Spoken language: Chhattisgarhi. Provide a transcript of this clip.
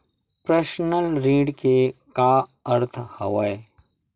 पर्सनल ऋण के का अर्थ हवय?